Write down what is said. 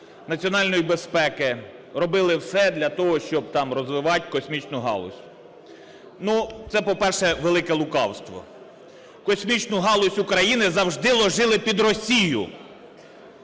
національної безпеки робили все для того, щоб там розвивати космічну галузь. Це, по-перше, велике лукавство. Космічну галузь України завжди "ложили" під Росію.